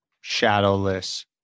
shadowless